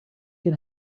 can